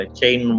chain